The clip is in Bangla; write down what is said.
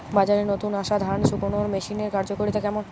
বাজারে নতুন আসা ধান শুকনোর মেশিনের কার্যকারিতা কেমন?